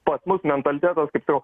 pas mus mentalitetas kaip jau